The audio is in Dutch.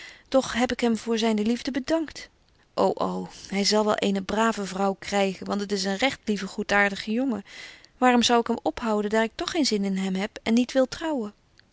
doch heb hem voor zyne liefde bedankt ô ô hy zal wel eene brave vrouw krygen want het is een recht lieve goedaartige jongen waarom zou ik hem ophouden daar ik toch geen zin in hem heb en niet wil trouwen